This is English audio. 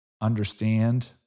understand